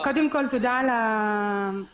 דבר שלישי זה עניין האסירים.